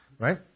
Right